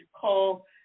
call